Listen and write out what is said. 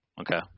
Okay